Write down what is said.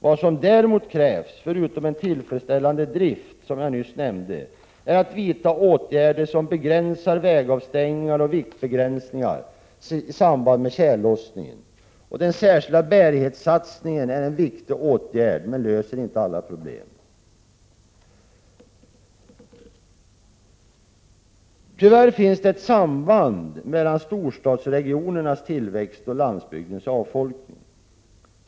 Vad som däremot krävs, förutom en tillfredsställande drift som jag nyss nämnde, är att vidta åtgärder som begränsar vägavstängningar och viktbegränsningar i samband med tjällossningen. Den särskilda bärighetssatsningen är en viktig åtgärd, men löser inte alla problem. Tyvärr finns det ett samband mellan storstadsregionernas tillväxt och landsbygdens avfolkning.